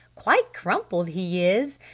quite crumpled he is!